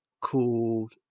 called